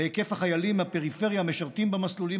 בהיקף החיילים מהפריפריה המשרתים במסלולים